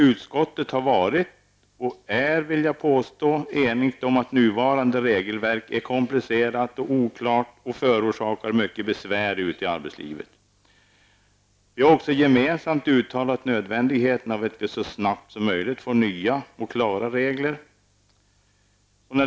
Utskottet har varit och är, vill jag påstå, enigt om att nuvarande regelverk är komplicerat och oklart samt förorsakar mycket besvär ute i arbetslivet. Vi har också gemensamt uttalat oss om nödvändigheten av att så snabbt som möjligt få nya och klara regler.